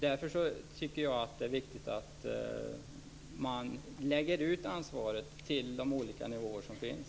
Därför tycker jag att det är viktigt att man lägger ut ansvaret på de olika nivåer som finns.